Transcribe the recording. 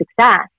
success